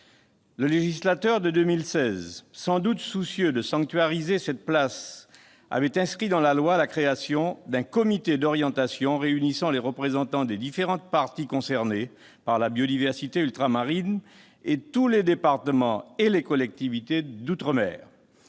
Le législateur de 2016, sans doute soucieux de sanctuariser cette place, avait inscrit dans la loi la création d'un « comité d'orientation réunissant des représentants des différentes parties concernées par la biodiversité ultramarine et de tous les départements et collectivités d'outre-mer